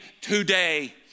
today